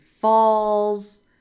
falls